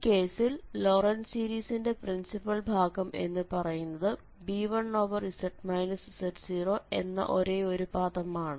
ഈ കേസിൽ ലോറൻന്റ് സീരിസിന്റെ പ്രിൻസിപ്പൽ ഭാഗം എന്നു പറയുന്നത് b1z z0 എന്ന ഒരേയൊരു പദമാണ്